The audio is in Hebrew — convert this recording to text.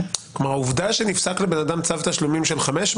כמו העובדה שנפסק לבן-אדם צו תשלומים של 500